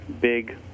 big